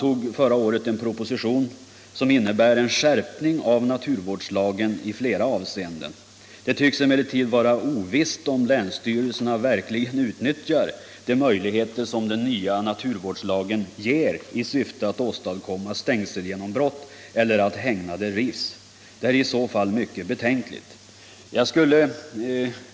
naturvårdslagen i flera avseenden. Det tycks emellertid vara ovisst om länsstyrelserna verkligen utnyttjar de möjligheter som den nya naturvårdslagen ger i syfte att åstadkomma stängselgenombrott eller att hägnader rivs. Det är i så fall mycket betänkligt.